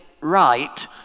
right